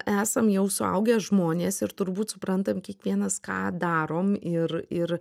esam jau suaugę žmonės ir turbūt suprantam kiekvienas ką darom ir ir